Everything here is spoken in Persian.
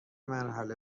مرحله